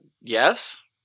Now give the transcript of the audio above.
yes